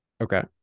Okay